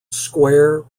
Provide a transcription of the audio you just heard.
square